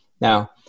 Now